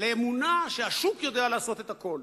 ואמונה שהשוק יודע לעשות הכול,